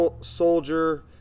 soldier